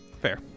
fair